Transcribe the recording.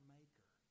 Maker